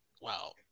Wow